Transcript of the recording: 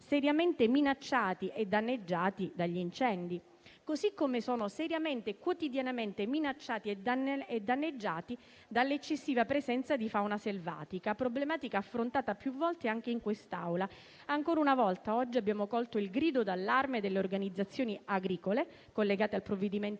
seriamente minacciati e danneggiati dagli incendi; così come sono seriamente e quotidianamente minacciati e danneggiati dall'eccessiva presenza di fauna selvatica, problematica affrontata più volte anche in quest'Aula. Ancora una volta oggi abbiamo colto il grido di allarme delle organizzazioni agricole collegate al provvedimento